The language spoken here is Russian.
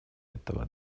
этого